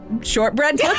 shortbread